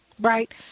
Right